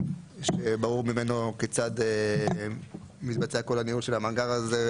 שברור ממנו כיצד מתבצע כל הניהול של המאגר הזה,